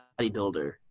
bodybuilder